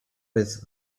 with